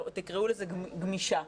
תקראו לזה גמישה.